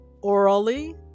orally